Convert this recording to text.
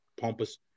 pompous